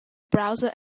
browser